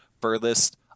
furthest